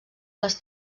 les